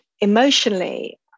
emotionally